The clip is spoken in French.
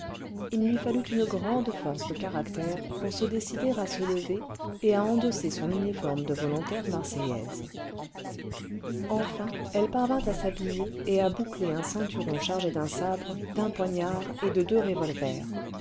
il lui fallut une grande force de caractère pour se décider à se lever et à endosser son uniforme de volontaire marseillaise enfin elle parvint à s'habiller et à boucler un ceinturon chargé d'un sabre d'un poignard et de deux revolvers